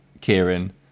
Kieran